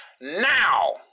now